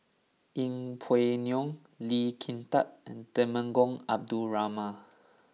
Yeng Pway Ngon Lee Kin Tat and Temenggong Abdul Rahman